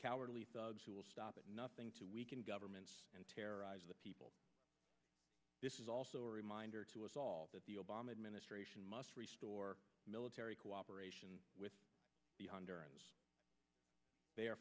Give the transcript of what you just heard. cowardly thugs who will stop at nothing to weaken governments and terrorize the people this is also a reminder to us all that the obama administration must restore military cooperation with the